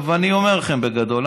אני אומר לכם בגדול,